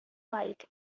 fight